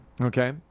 Okay